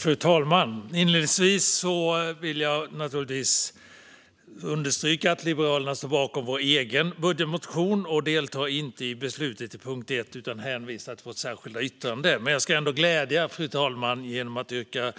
Fru talman! Inledningsvis vill jag understryka att vi i Liberalerna står bakom vår egen budgetmotion. Vi deltar därmed inte i beslutet i punkt 1 utan hänvisar till vårt särskilda yttrande. Jag ska dock glädja fru talmannen genom att yrka